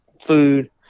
food